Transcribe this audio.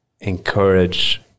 encourage